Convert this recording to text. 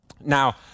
Now